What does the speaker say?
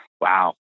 wow